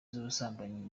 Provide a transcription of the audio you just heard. z’ubusambanyi